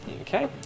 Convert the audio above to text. Okay